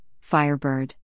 Firebird